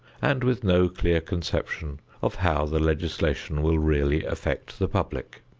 and with no clear conception of how the legislation will really affect the public.